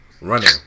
running